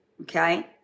Okay